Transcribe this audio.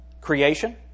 creation